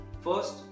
First